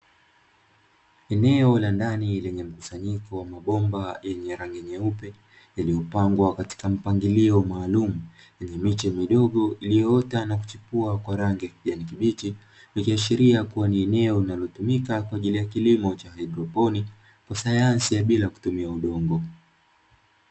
Eneo la ndani lenye mkusanyiko wa mabomba yenye rangi nyeupe iliyopangwa katika mpangilio maalumu, lenye miche midogo iliyoota na kuchipua kwa rangi ya kijani kibichi; ikiashiria kuwa ni eneo linalotumika kwa ajili ya kilimo cha haidroponi kwa sayansi bila kutumia udongo.